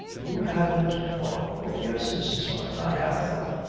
you haven't thought oh yes, mrs. fyne! i have thought.